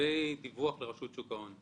לגבי דיווח לרשות שוק ההון,